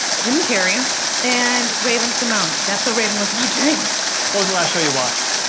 jim carrey and raven-symone. that's so raven was my jam. what was the last show you watched?